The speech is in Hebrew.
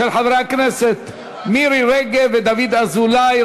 של חברי הכנסת מירי רגב ודוד אזולאי.